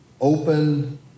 open